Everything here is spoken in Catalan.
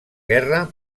guerra